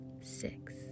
six